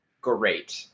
Great